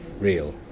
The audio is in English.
real